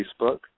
Facebook